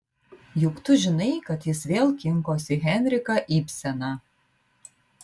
juk tu žinai kad jis vėl kinkosi henriką ibseną